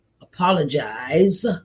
apologize